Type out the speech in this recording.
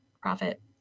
profit